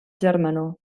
germanor